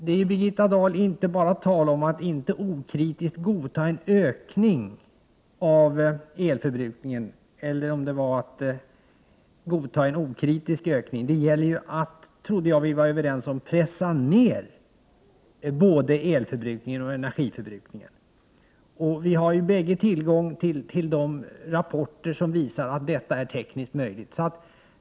Det är, Birgitta Dahl, inte bara tal om att inte okritiskt godta en ökning av elförbrukningen eller — om man skall uttrycka det så — godta en okritisk ökning. Det gäller, och det trodde jag att vi var överens om, att pressa ner både elförbrukningen och energiförbrukningen över huvud taget. Vi har ju bägge tillgång till de rapporter som visar att detta är tekniskt möjligt.